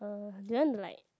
uh do you want to like